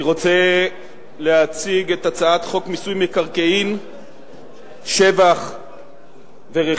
אני רוצה להציג את הצעת חוק מיסוי מקרקעין (שבח ורכישה)